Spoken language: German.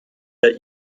der